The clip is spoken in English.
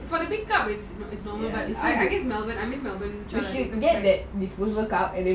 for the make up is I guess melbourne I miss melbourne chai latte